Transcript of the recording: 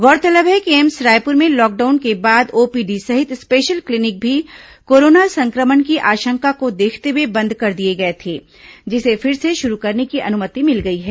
गौरतलब है कि एम्स रायपुर में लॉकडाउन के बाद ओपीडी सहित स्पेशल क्लीनिक भी कोरोना संक्रमण की आशंका को देखते हुए बंद कर दिए गए थे जिसे फिर से शुरू करने की अनुमति मिल गई है